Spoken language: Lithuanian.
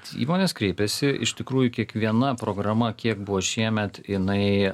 įmonės kreipiasi iš tikrųjų kiekviena programa kiek buvo šiemet jinai